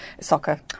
soccer